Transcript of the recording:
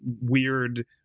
weird